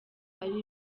ari